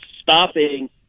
stopping